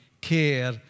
care